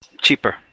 Cheaper